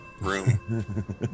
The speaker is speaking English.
room